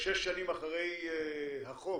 שש שנים אחרי החוק